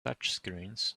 touchscreens